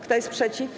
Kto jest przeciw?